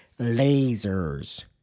Lasers